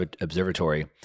Observatory